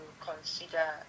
consider